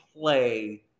play